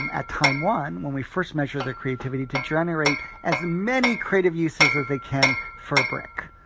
um at time one, when we first measured their creativity, to generate as many creative uses as they can for a brick.